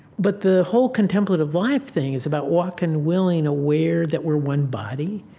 but the whole contemplative life thing is about walking willing aware that we're one body,